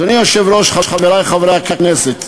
אדוני היושב-ראש, חברי חברי הכנסת,